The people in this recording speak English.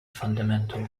fundamental